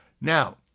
Now